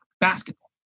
basketball